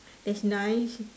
that's nice